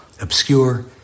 obscure